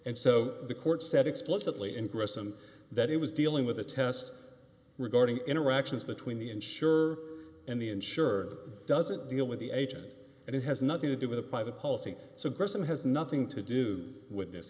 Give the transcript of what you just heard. and so the court said explicitly in grissom that he was dealing with a test regarding interactions between the insurer and the insured doesn't deal with the agent and it has nothing to do with a private policy so person has nothing to do with this